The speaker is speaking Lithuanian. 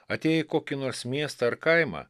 atėję į kokį nors miestą ar kaimą